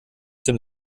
dem